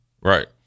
right